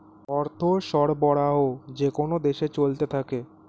অর্থ সরবরাহ যেকোন দেশে চলতে থাকে